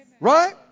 Right